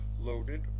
Loaded